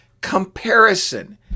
comparison